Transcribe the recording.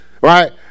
Right